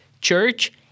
church